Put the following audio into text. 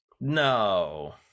No